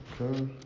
Okay